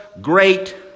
great